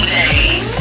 days